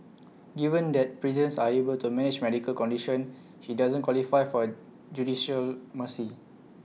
given that prisons are able to manage medical condition he doesn't qualify for judicial mercy